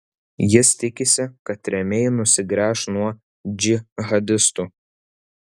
jis tikisi kad rėmėjai nusigręš nuo džihadistų